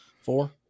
Four